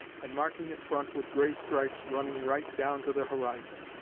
and marking its front with grey stripes running right down to the horizon.